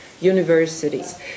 universities